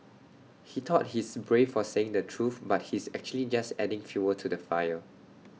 he thought he's brave for saying the truth but he's actually just adding fuel to the fire